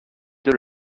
deux